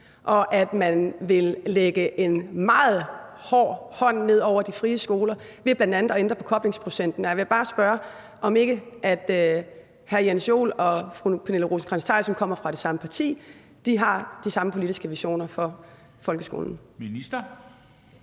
og at man vil tage et meget hårdt greb om de frie skoler ved bl.a. at ændre på koblingsprocenten. Jeg vil bare spørge, om ikke hr. Jens Joel og børne- og undervisningsministeren, som kommer fra det samme parti, har de samme politiske visioner for folkeskolen.